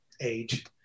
age